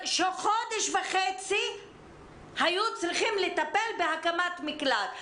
חודש וחצי היו צריכים לטפל בהקמת מקלט,